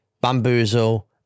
Bamboozle